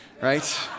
right